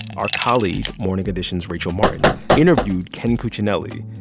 our colleague, morning edition's rachel martin, interviewed ken cuccinelli,